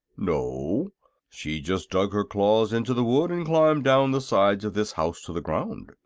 no she just dug her claws into the wood and climbed down the sides of this house to the ground.